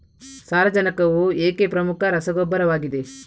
ಸಾರಜನಕವು ಏಕೆ ಪ್ರಮುಖ ರಸಗೊಬ್ಬರವಾಗಿದೆ?